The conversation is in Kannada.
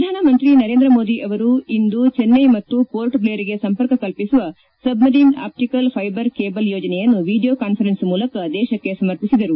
ಪ್ರಧಾನಮಂತ್ರಿ ನರೇಂದ್ರ ಮೋದಿ ಅವರು ಇಂದು ಚೆನ್ಸ್ವೆ ಮತ್ತು ಪೋರ್ಟ್ಬ್ಲೇರ್ಗೆ ಸಂಪರ್ಕ ಕಲ್ಪಿಸುವ ಸಬ್ಮರೀನ್ ಆಪ್ಸಿಕಲ್ ಫೈಬರ್ ಕೇಬಲ್ ಯೋಜನೆಯನ್ನು ವೀಡಿಯೊ ಕಾನ್ವರೆನ್ಸ್ ಮೂಲಕ ದೇಶಕ್ಕೆ ಸಮರ್ಪಿಸಿದರು